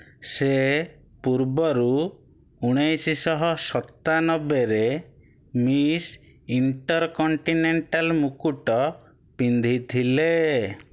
ସେ ପୂର୍ବରୁ ଉଣେଇଶିଶହ ଶତାନବେରେ ମିସ୍ ଇଣ୍ଟରକଣ୍ଟିନେଣ୍ଟାଲ୍ ମୁକୁଟ ପିନ୍ଧିଥିଲେ